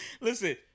Listen